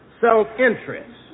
self-interest